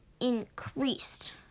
increased